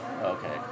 Okay